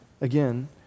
Again